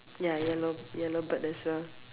ya yellow yellow bird as well